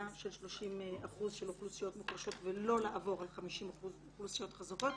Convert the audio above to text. של 30% של אוכלוסיות מוחלשות ולא לעבור את ה-50% אוכלוסיות חזקות.